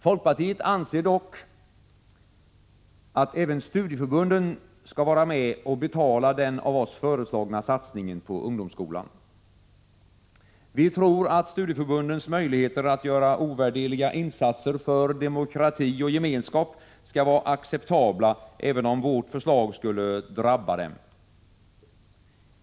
Folkpartiet anser dock att även studieförbunden skall vara med och betala den av oss föreslagna satsningen på ungdomsskolan. Vi tror att studieförbundens möjligheter att göra ovärderliga insatser för demokrati och gemenskap skall vara acceptabla, även om vårt förslag skulle ”drabba” dem.